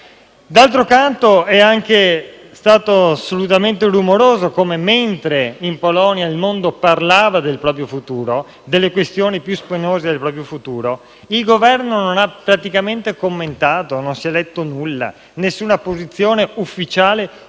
D'altro canto, è anche stato assolutamente rumoroso constatare come, mentre in Polonia il mondo parlava del proprio futuro e delle questioni più spinose, il Governo non abbia praticamente commentato; non si è letto nulla, nessuna posizione ufficiale o